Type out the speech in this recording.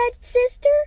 Sister